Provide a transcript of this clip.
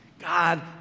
God